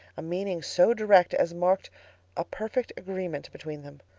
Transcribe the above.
a meaning so direct, as marked a perfect agreement between them.